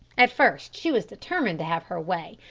at first she was determined to have her way,